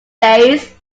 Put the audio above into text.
days